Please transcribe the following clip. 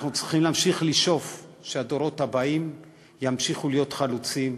אנחנו צריכים להמשיך לשאוף שהדורות הבאים ימשיכו להיות חלוצים,